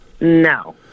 No